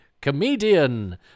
comedian